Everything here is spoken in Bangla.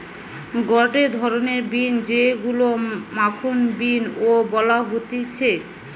গটে ধরণের বিন যেইগুলো মাখন বিন ও বলা হতিছে